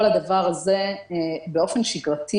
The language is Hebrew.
כל הדבר הזה באופן שגרתי